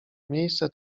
miejsce